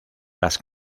las